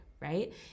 right